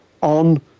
on